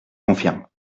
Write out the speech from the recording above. confirme